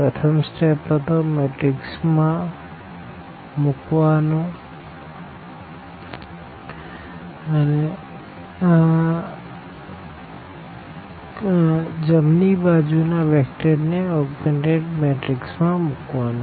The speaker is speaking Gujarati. પ્રથમ સ્ટેપ હતો મેટ્રીક્સ માં મુકવાનોકાને જમણી બાજુ ના વેક્ટર ને ઓગ્મેનટેડ મેટ્રીક્સ માં મુકવાનો